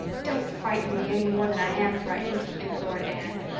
don't frighten me any more than i am frightened, implored anne.